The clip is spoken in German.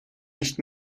nicht